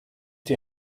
die